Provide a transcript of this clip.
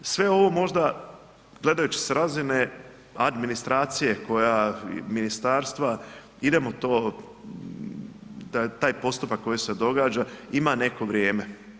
Sve ovo možda gledajući s razine administracije koja ministarstva, idemo to taj postupak koji se događa, ima neko vrijeme.